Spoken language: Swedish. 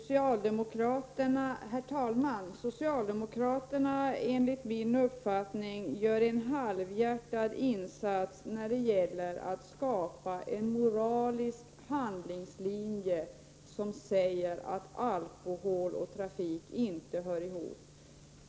Herr talman! Socialdemokraterna gör enligt min uppfattning en halvhjärtad insats när det gäller att skapa en moralisk handlingslinje, som säger att alkohol och trafik inte hör ihop.